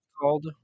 called